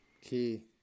Key